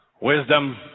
wisdom